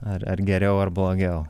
ar ar geriau ar blogiau